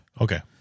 Okay